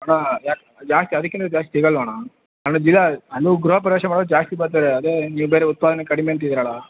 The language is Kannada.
ಅಣ್ಣ ಯಾಕೆ ಯಾಕೆ ಅದ್ಕಿಂತ ಜಾಸ್ತಿ ಸಿಗೋಲ್ವಾಣ್ಣ ಗೃಹಪ್ರವೇಶ ಮಾಡಿ ಜಾಸ್ತಿ ಬರ್ತಾರೆ ಅದೇ ನೀವು ಬೇರೆ ಉತ್ಪಾದನೆ ಕಡಿಮೆ ಅಂತಿದ್ದೀರಲ್ಲ